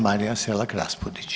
Marija Selak Raspudić.